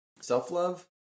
Self-love